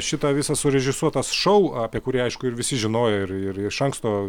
šita visas surežisuotas šou apie kurį aišku ir visi žinojo ir ir iš anksto